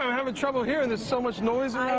having trouble hearing there's so much noises.